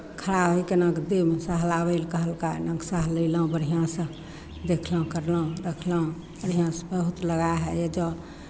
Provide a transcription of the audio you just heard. खड़ा होय कऽ नाक देहमे सहलाबै लए कहलकह नाक सहलयलहुँ बढ़िआँसँ देखलहुँ करलहुँ रखलहुँ बढ़िआँसँ बहुत लगाव हइ एजऽ